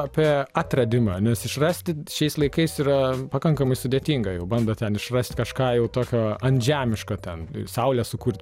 apie atradimą nes išrasti šiais laikais yra pakankamai sudėtinga jau bando ten išrasti kažką jau tokio antžemiško ten saulę sukurt